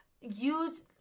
use